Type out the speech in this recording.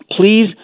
please